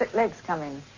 but legs come in?